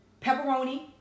pepperoni